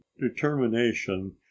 determination